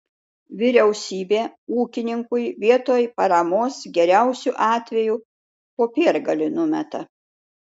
vyriausybė ūkininkui vietoj paramos geriausiu atveju popiergalį numeta